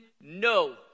no